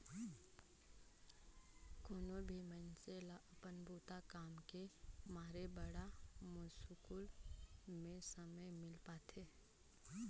कोनो भी मइनसे ल अपन बूता काम के मारे बड़ा मुस्कुल में समे मिल पाथें